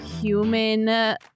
human